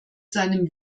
seinem